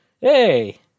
Hey